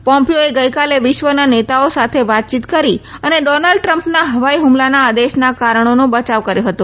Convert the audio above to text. પોમ્પીઓએ ગઇકાલે વિશ્વના નેતાઓ સાથે વાતચીત કરી અને ડોનાલ્ડ ટ્રમ્પના હવાઇ હુમલાના આદેશના કારણોનો બયાવ કર્યો હતો